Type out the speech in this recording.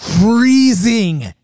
freezing